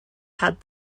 had